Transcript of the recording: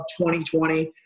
2020